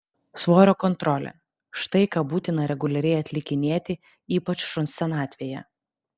svorio kontrolė štai ką būtina reguliariai atlikinėti ypač šuns senatvėje